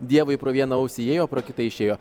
dievui pro vieną ausį įėjo pro kitą išėjo